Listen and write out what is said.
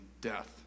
death